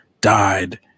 died